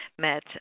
met